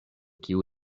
kiu